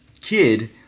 kid